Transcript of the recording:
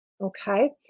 Okay